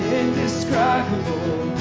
indescribable